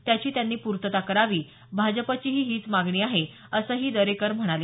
त्याची त्यांनी पूर्तता करावी भाजपचीही हीच मागणी आहे असंही दरेकर म्हणाले